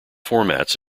formats